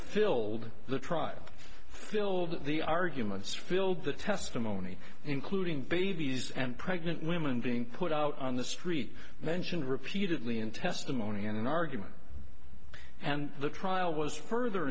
filled the trial filled the arguments filled the testimony including babies and pregnant women being put out on the street mentioned repeatedly in testimony in an argument and the trial was further